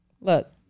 Look